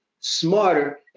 smarter